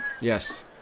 Yes